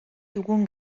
dugun